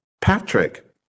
Patrick